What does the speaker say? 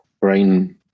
brain